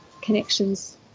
connections